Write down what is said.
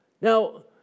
Now